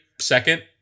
second